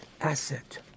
asset